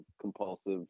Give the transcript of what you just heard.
compulsive